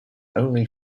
only